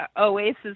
Oasis